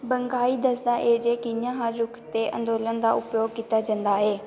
bankai दसदा ऐ जे कि'यां हर रुख ते अंदोलन दा उपयोग कीता जंदा ऐ